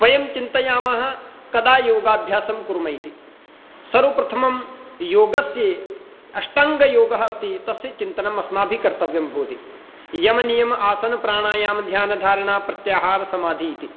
वयं चिन्तयामः कदा योगाभ्यासं कुर्मः इति सर्वप्रथमं योगस्य अष्टाङ्गयोगः अस्ति तस्य चिन्तनम् अस्माभिः कर्तव्यं भवति यमनियम आसनप्राणायामध्यानधारणाप्रत्याहारसमाधिः इति